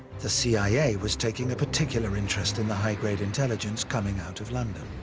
the cia was taking a particular interest in the high-grade intelligence coming out of london.